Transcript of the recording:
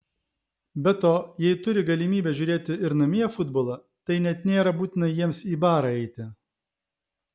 be to jei turi galimybę žiūrėti ir namie futbolą tai net nėra būtina jiems į barą eiti